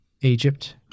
Egypt